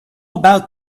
about